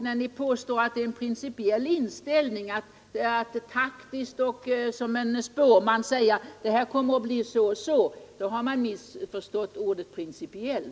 När ni påstår att det är en principiell inställning, att man är taktisk och agerar spåman då har man missförstått ordet principiell.